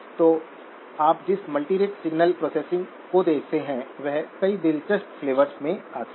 तो आप जिस मल्टीरेट सिग्नल प्रोसेसिंग को देखते हैं वह कई दिलचस्प फ़्लवोरस में आती है